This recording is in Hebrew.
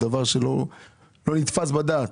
דבר שלא נתפס בדעת.